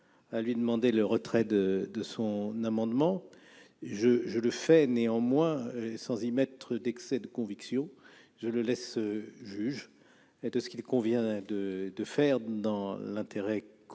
à lui demander de retirer son amendement. Je le fais néanmoins, sans excès de conviction. Je le laisse juge de ce qu'il convient de faire dans l'intérêt